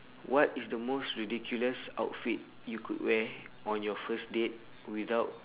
what is the most ridiculous outfit you could wear on your first date without